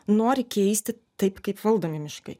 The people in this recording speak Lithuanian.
nori keisti taip kaip valdomi miškai